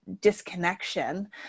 disconnection